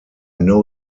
know